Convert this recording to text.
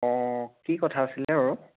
অঁ কি কথা আছিলে বাৰু